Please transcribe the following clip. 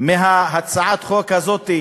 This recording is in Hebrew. מהצעת החוק הזאת,